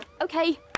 okay